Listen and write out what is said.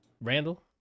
Randall